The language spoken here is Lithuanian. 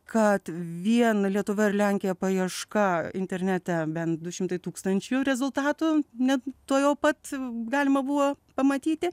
kad vien lietuva ir lenkija paieška internete bent du šimtai tūkstančių rezultatų net tuojau pat galima buvo pamatyti